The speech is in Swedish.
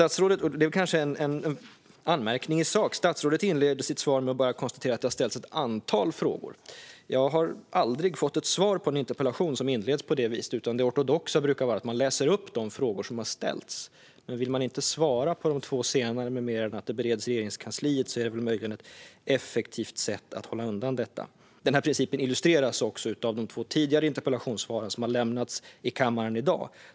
Det är kanske en anmärkning i sak att statsrådet inleder sitt svar med att konstatera att det har ställts ett antal frågor. Jag har aldrig fått ett svar på en interpellation som inleds på det viset. Det ortodoxa brukar vara att man läser upp de frågor som har ställts, men vill man inte svara på de två senare med mer än att det bereds i Regeringskansliet är det möjligen ett effektivt sätt att hålla undan detta. Denna princip illustreras också av de två tidigare interpellationssvar som har lämnats i kammaren i dag.